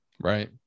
Right